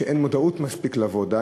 שאין מודעות מספקת לעובדות,